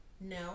No